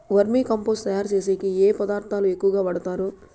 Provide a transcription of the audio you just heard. వర్మి compost తయారుచేసేకి ఏ పదార్థాలు ఎక్కువగా వాడుతారు